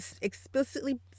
explicitly